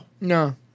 No